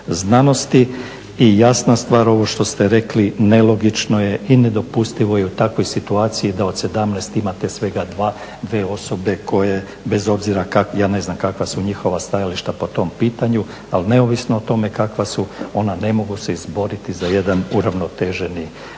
I jasna stvar, ovo što ste rekli, nelogično je i nedopustivo je u takvoj situaciji da od 17 imate svega 2 osobe koje bez obzira, ja ne znam kakva su njihova stajališta po tom pitanju, ali neovisno o tome kakva su, ona ne mogu se izboriti na jedan uravnoteženi razvoj